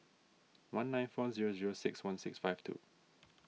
one nine four zero zero six one six five two